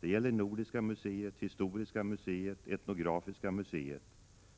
Det gäller Nordiska museet, Historiska museet och Etnografiska museet,